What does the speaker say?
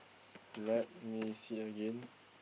let me see again